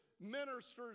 ministers